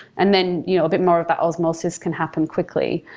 and then, you know a bit more of that osmosis can happen quickly.